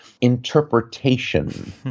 interpretation